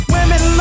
Women